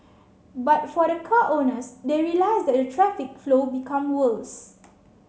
but for the car owners they realised that a traffic flow became worse